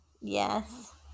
Yes